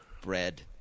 bread